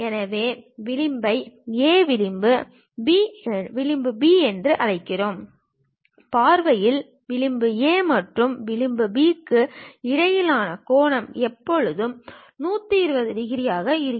எனவே விளிம்பை A விளிம்பு B என்று அழைப்போம் பார்வையில் விளிம்பு A மற்றும் விளிம்பு B க்கு இடையிலான கோணம் எப்போதும் 120 டிகிரியாக இருக்கும்